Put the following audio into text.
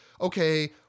okay